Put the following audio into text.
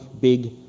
big